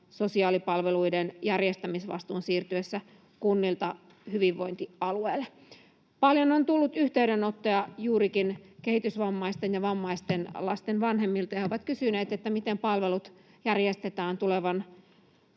sosiaalipalveluiden järjestämisvastuun siirtyessä kunnilta hyvinvointialueille. Paljon on tullut yhteydenottoja juurikin kehitysvammaisten ja vammaisten lasten vanhemmilta, ja he ovat kysyneet, miten palvelut järjestetään tulevan